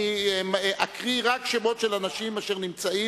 אני אקריא רק שמות של אנשים שנמצאים.